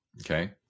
Okay